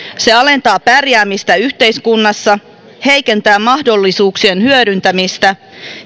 se alentaa pärjäämistä yhteiskunnassa heikentää mahdollisuuksien hyödyntämistä